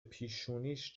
پیشونیش